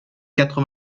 quatre